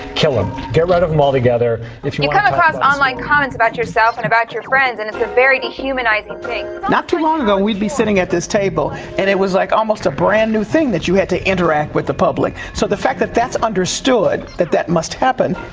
kill em. get rid of them altogether, and you come across online comments about yourself and about your friends, and it's a very dehumanising thing, not too long ago we'd be sitting at this table table and it was like almost a brand-new thing that you had to interact with the public. so the fact that that's understood that that must happen,